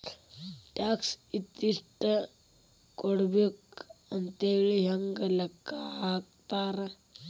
Tax ಇಂತಿಷ್ಟ ಕೊಡ್ಬೇಕ್ ಅಂಥೇಳಿ ಹೆಂಗ್ ಲೆಕ್ಕಾ ಹಾಕ್ತಾರ?